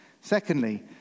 Secondly